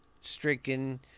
stricken